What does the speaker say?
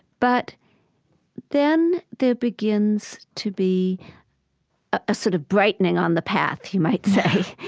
but then there begins to be a sort of brightening on the path, you might say,